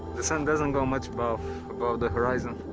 the sun doesn't go much above above the horizon.